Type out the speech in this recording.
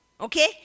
Okay